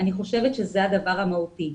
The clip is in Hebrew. אני חושבת שזה הדבר המהותי.